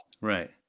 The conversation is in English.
Right